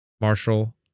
Marshall